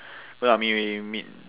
where I meet meet meet meet